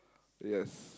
yes